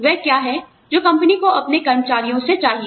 वह क्या है जो कंपनी को अपने कर्मचारियों से चाहिए